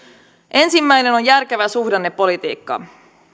ensimmäinen on järkevä suhdannepolitiikka